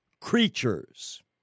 creatures